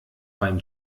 beim